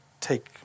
take